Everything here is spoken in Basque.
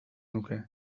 nuke